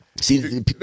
See